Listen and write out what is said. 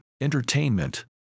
entertainment